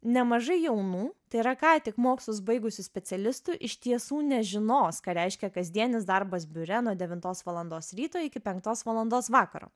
nemažai jaunų tai yra ką tik mokslus baigusių specialistų iš tiesų nežinos ką reiškia kasdienis darbas biure nuo devintos valandos ryto iki penktos valandos vakaro